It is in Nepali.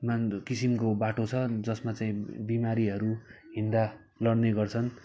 मान किसिमको बाटो छ जसमा चाहिँ बिमारीहरू हिँड्दा लड्ने गर्छन्